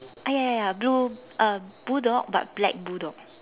ah ya ya ya ya blue uh bull dog but black bull dog